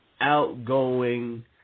outgoing